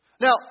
Now